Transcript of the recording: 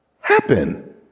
happen